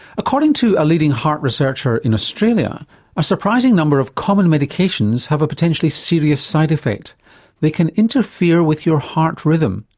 according to a leading heart researcher in australia a surprising number of common medications have a potentially serious side effect they can interfere with your heart rhythm,